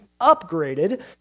upgraded